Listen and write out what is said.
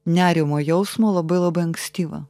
nerimo jausmo labai labai ankstyvą